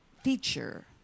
feature